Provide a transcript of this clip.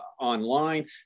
online